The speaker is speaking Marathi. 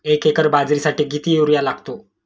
एक एकर बाजरीसाठी किती युरिया लागतो?